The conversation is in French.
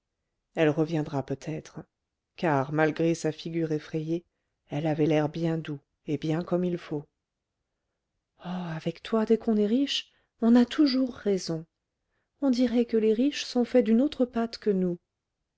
elle reviendra peut-être car malgré sa figure effrayée elle avait l'air bien doux et bien comme il faut oh avec toi dès qu'on est riche on a toujours raison on dirait que les riches sont faits d'une autre pâte que nous